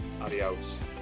Adios